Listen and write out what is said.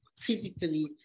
physically